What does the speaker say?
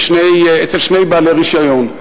אצל שני בעלי רשיון.